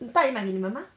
大姨买给你们吗